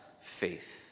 faith